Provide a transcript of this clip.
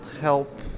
help